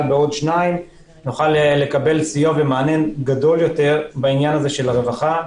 בעוד שניים ונוכל לקבל סיוע ומענה גדול יותר מבחינת הרווחה.